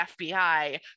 FBI